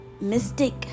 mystic